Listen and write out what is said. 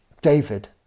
David